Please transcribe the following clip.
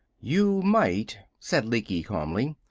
you might, said lecky calmly,